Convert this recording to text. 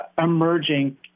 emerging